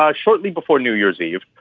ah shortly before new year's eve.